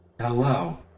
Hello